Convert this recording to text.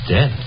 Dead